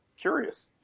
Curious